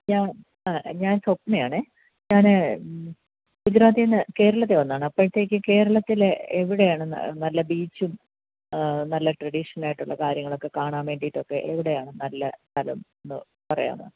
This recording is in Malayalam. ഞാൻ ആ ഞാൻ സ്വപ്ന ആണ് ഞാൻ ഗുജറാത്തിൽ നിന്ന് കേരളത്തിൽ വന്നതാണ് അപ്പോഴത്തേക്ക് കേരളത്തിലെ എവിടെയാണ് നല്ല ബീച്ചും നല്ല ട്രഡീഷണലായിട്ടുള്ള കാര്യങ്ങളൊക്കെ കാണാൻ വേണ്ടിയിട്ടൊക്കെ എവിടെയാണ് നല്ല സ്ഥലം എന്ന് പറയാമോ